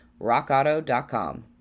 RockAuto.com